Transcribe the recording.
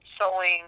sewing